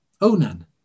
Onan